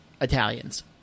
Italians